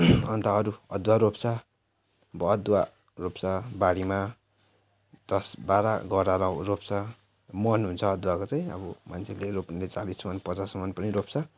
अन्त अरू अदुवा रोप्छ अब अदुवा रोप्छ बारीमा दस बाह्र गर्रा रोप्छ मन हुन्छ अदुवाको चाहिँ अब मान्छेले रोप्नेले चालिस मन पचास मन पनि रोप्छ